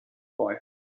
boy